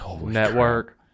network